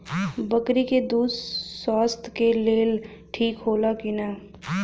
बकरी के दूध स्वास्थ्य के लेल ठीक होला कि ना?